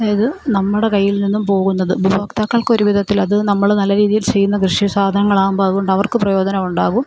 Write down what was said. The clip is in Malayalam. ഇത് നമ്മുടെ കയ്യിൽ നിന്നും പോകുന്നത് ഉപഭോക്താക്കൾക്ക് ഒരു വിധത്തിൽ അത് നമ്മൾ നല്ല രീതിയിൽ ചെയ്യുന്ന കൃഷി സാധനങ്ങൾ ആകുമ്പം അതുകൊണ്ട് അവർക്ക് പ്രയോജനം ഉണ്ടാകും